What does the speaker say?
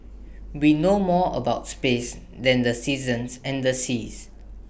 we know more about space than the seasons and the seas